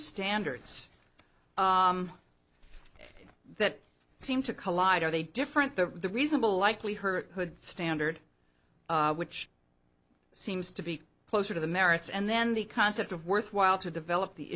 standards that seem to collide are they different the reasonable likely her good standard which seems to be closer to the merits and then the concept of worthwhile to develop the